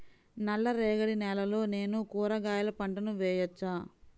నల్ల రేగడి నేలలో నేను కూరగాయల పంటను వేయచ్చా?